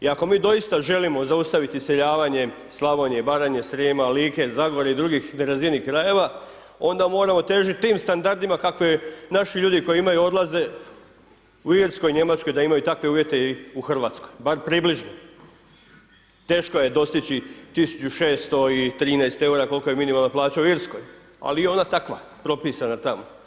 I ako mi doista želimo zaustaviti iseljavanje Slavonije, Baranje, Srijema, Like, Zagore i drugih nerazvijenih krajeva, onda moramo težiti tim standardima kakve je naši ljudi koji imaju, odlaze u Irskoj, Njemačkoj da imaju takve uvjete u RH, bar približno, teško je dostići 1.613,00 EUR koliko je minimalna plaća u Irskoj, ali je ona takva, propisana tamo.